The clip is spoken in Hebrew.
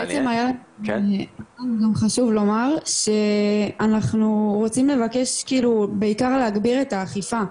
גם חשוב לומר שאנחנו רוצים לבקש להגביר את האכיפה.